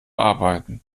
arbeiten